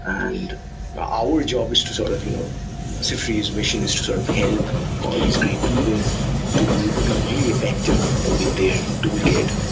and our job is to sort of you know siftery's mission is to sort of help all these great people to be really effective with their toolkit,